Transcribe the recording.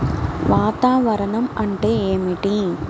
వాతావరణం అంటే ఏమిటి?